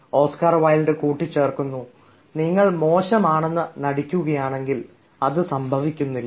Oscar Wilde കൂട്ടിച്ചേർക്കുന്നു "നിങ്ങൾ മോശമാണെന്ന് നടിക്കുകയാണെങ്കിൽ അത് സംഭവിക്കുന്നില്ല